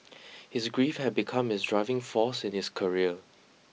his grief have become his driving force in his career